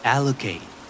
Allocate